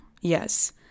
yes